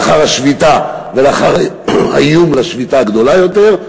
לאחר השביתה ולאחר האיום בשביתה הגדולה יותר,